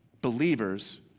believers